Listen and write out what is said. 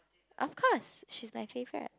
of course she's my favourite